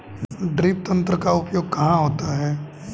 Drip तंत्र का उपयोग कहाँ होता है?